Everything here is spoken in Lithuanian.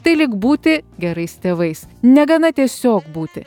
tai lyg būti gerais tėvais negana tiesiog būti